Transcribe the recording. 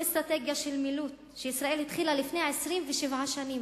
אסטרטגיה של מילוט שישראל התחילה לפני 27 שנים.